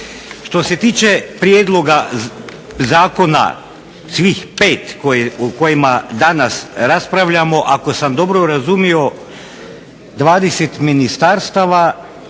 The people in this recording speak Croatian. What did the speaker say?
Što se tiče prijedloga zakona svih pet o kojima danas raspravljamo, ako sam dobro razumio 20 ministarstava,